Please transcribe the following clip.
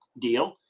deal